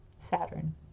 Saturn